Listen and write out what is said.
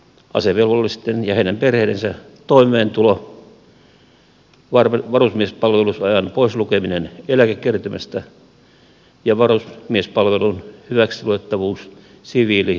asevelvollisten ja heidän perheidensä toimeentulo varusmiespalvelusajan poislukeminen eläkekertymästä ja varusmiespalvelun hyväksiluettavuus siviiliopinnoissa